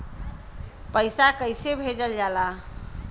पैसा कैसे भेजल जाला?